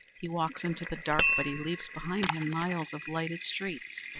he walks into the dark, but he leaves behind him miles of lighted streets.